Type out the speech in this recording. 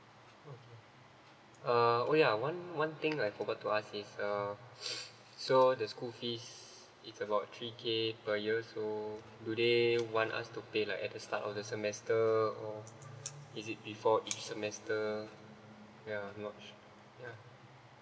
uh oh ya one one thing I forgot to ask is uh so the school fees it's about three K per year so do they want us to pay like at the start of the semester or is it before each semester yeah not su~ yeah